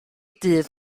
dydd